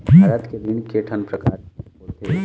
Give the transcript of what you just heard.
भारत के ऋण के ठन प्रकार होथे?